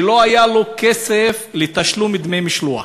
שלא היה לו כסף לתשלום דמי משלוח.